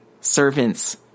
servants